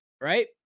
right